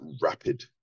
rapid